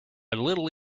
little